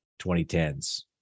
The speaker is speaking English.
2010s